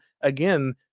again